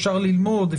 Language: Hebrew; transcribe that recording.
אפשר ללמוד,